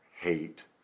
hate